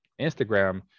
Instagram